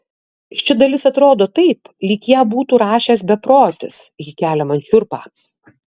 ši dalis atrodo taip lyg ją būtų rašęs beprotis ji kelia man šiurpą